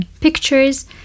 pictures